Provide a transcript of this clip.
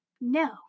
no